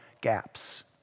gaps